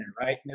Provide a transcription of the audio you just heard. right